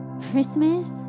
Christmas